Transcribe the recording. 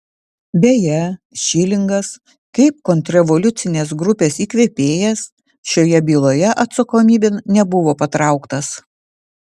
beje šilingas kaip kontrrevoliucinės grupės įkvėpėjas šioje byloje atsakomybėn nebuvo patrauktas